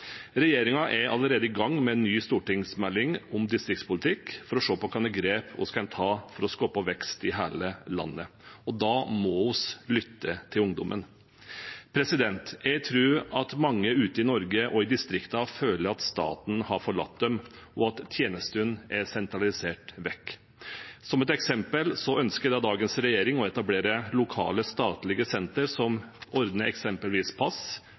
for å se på hva slags grep vi kan ta for å skape vekst i hele landet. Da må vi lytte til ungdommen. Jeg tror at mange ute i Norge og i distriktene føler at staten har forlatt dem, og at tjenestene er sentralisert vekk. Som et eksempel ønsker dagens regjering derfor å etablere lokale statlige sentere som ordner eksempelvis pass,